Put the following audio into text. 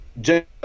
general